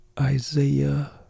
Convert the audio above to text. Isaiah